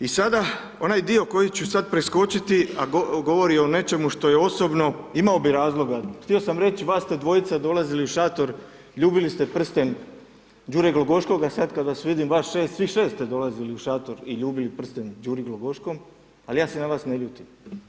I sada, onaj dio koji ću sad preskočiti, a govori o nečemu što je osobno, imao bi razloga, htio sam reći vas ste dvojica dolazili u šator, ljubili ste prsten Đure Glogoškoga, sad kad vas vidim vas 6, svih 6 ste dolazi u šator i ljubili prsten Đuri Glogoškom, ali ja se na vas ne ljutim.